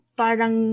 parang